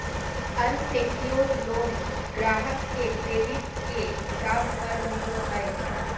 unsecured loan ग्राहक के credit के हिसाब पर मिलो हय